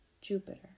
Jupiter